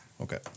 Okay